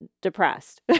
depressed